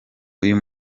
uyu